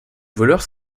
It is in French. voleurs